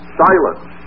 silence